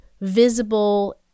visible